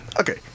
okay